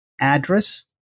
address